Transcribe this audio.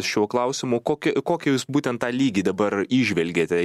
šiuo klausimu kokį kokį jūs būtent tą lygį dabar įžvelgiate